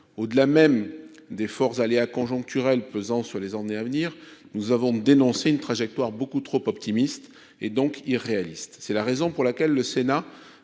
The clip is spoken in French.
au-delà même des forts aléas conjoncturels pesant sur les années à venir, nous avons dénoncé une trajectoire beaucoup trop optimiste et donc irréaliste, c'est la raison pour laquelle le Sénat